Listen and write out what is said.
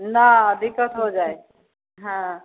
ना दिक्कत हो जाइ हँ